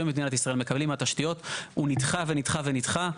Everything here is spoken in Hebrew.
במדינת ישראל מקבלים מהתשתיות הוא נדחה ונדחה ונדחה.